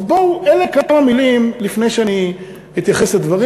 אלה כמה מילים לפני שאני אתייחס לדברים.